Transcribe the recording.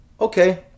okay